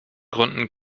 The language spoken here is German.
gründen